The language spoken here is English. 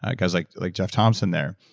ah cause like like jeff thompson there,